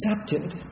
accepted